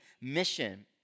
mission